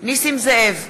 בהצבעה נסים זאב,